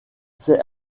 c’est